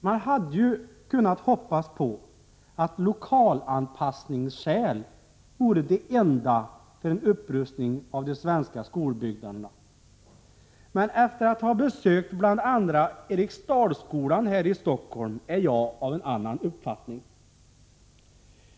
Man hade ju kunnat hoppas på att lokalanpassningsskäl vore de enda skälen för en upprustning av de svenska skolbyggnaderna, men efter att ha besökt bl.a. Eriksdalsskolan här i Stockholm är jag av en annan uppfattning.